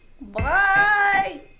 Bye